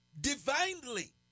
divinely